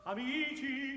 Amici